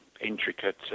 intricate